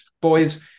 Boys